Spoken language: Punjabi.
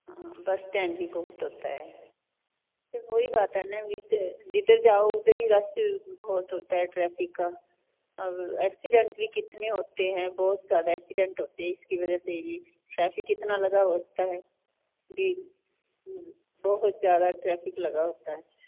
ਹਾਂ ਬਸ ਸਟੈਂਡ ਵੀ ਬਹੁਤ ਹੋਤਾ ਹੈ ਫਿਰ ਵੋ ਹੀ ਬਾਤ ਹੈ ਨਾ ਵੀ ਜਿੱਧਰ ਜਾਓ ਉੱਧਰ ਹੀ ਰੱਸ਼ ਬਹੁਤ ਹੋਤਾ ਹੈ ਟ੍ਰੈਫਿਕ ਕਾ ਅਬ ਐਕਸੀਡੈਂਟ ਵੀ ਕਿਤਨੇ ਹੋਤੇ ਹੈ ਬਹੁਤ ਜਿਆਦਾ ਐਕਸੀਡੈਂਟ ਹੋਤੇ ਹੈ ਇਸਕੀ ਵਜਾ ਸੇ ਵੀ ਟ੍ਰੈੈਫਿਕ ਕਿਤਨਾ ਲਗਾ ਹੋਤਾ ਹੈ ਵੀ ਬਹੁਤ ਜਿਆਦਾ ਟ੍ਰੈਫਿਕ ਲਗਾ ਹੋਤਾ ਹੈ